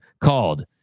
called